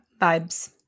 vibes